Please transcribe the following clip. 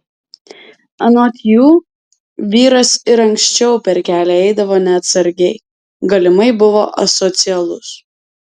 anot jų vyras ir anksčiau per kelią eidavo neatsargiai galimai buvo asocialus